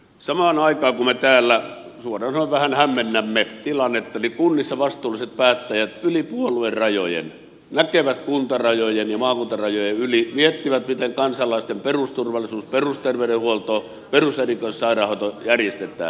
samaan aikaan kun me täällä suoraan sanoen vähän hämmennämme tilannetta niin kunnissa vastuulliset päättäjät yli puoluerajojen näkevät kuntarajojen ja maakuntarajojen yli miettivät miten kansalaisten perusturvallisuus perusterveydenhuolto perus ja erikoissairaanhoito järjestetään